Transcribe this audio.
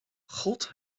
god